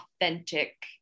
authentic